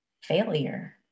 Failure